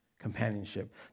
Companionship